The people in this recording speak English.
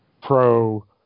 pro